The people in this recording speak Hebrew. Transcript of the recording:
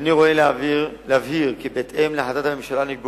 הנני רואה להבהיר כי בהתאם להחלטת הממשלה נקבע